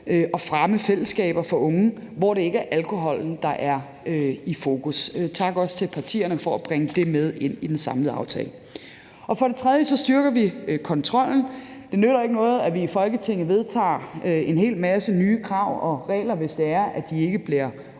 og fremme fællesskaber for unge, hvor det ikke er alkoholen, der er i fokus. Også tak til partierne for at bringe det med ind i den samlede aftale. For det tredje styrker vi kontrollen. Det nytter ikke noget, at vi i Folketinget vedtager en hel masse nye krav og regler, hvis de ikke bliver overholdt.